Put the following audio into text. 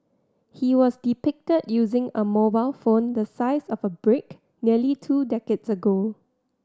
he was depicted using a mobile phone the size of a brick nearly two decades ago